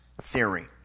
theory